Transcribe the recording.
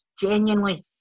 Genuinely